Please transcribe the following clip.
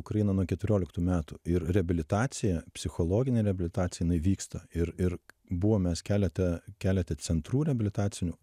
ukraina nuo keturioliktų metų ir reabilitacija psichologinė reabilitacija vyksta ir ir buvom mes keletą keliate centrų reabilitacinių